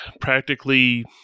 Practically